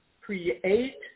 create